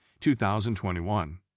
2021